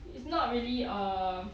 it's not really err